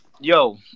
Yo